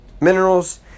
minerals